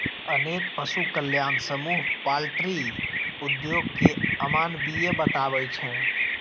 अनेक पशु कल्याण समूह पॉल्ट्री उद्योग कें अमानवीय बताबै छै